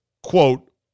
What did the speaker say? quote